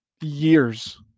Years